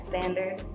standard